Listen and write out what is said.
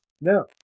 No